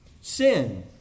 sin